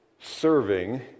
serving